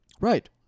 Right